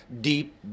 deep